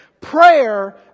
prayer